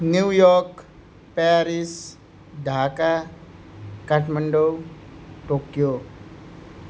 New York Paris Dhaka Kathmandu Tokyo